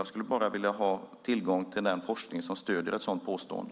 Jag skulle vilja ha tillgång till den forskning som stöder ett sådant påstående.